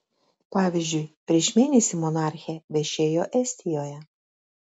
pavyzdžiui prieš mėnesį monarchė viešėjo estijoje